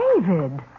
David